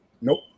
Nope